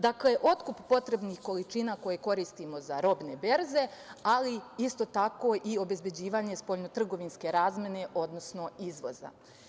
Dakle, otkup potrebnih količina koje koristimo za robne berze, ali isto tako i obezbeđivanje spoljnotrgovinske razmene, odnosno izvoza.